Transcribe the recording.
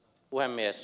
puhemies